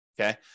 okay